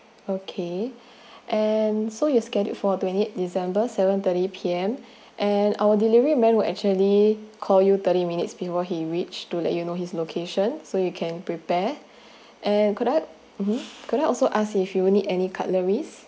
okay and so you're scheduled for twenty eight december seven thirty p m and our delivery man will actually call you thirty minutes before he reached to let you know his location so you can prepare and could I um could I also ask if you need any cutleries